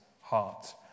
heart